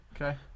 Okay